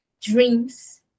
dreams